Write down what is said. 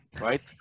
right